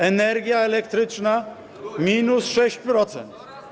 Energia elektryczna - minus 6%.